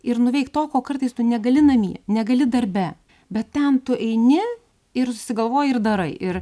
ir nuveikt to ko kartais tu negali namie negali darbe bet tam tu eini ir susigalvoji ir darai ir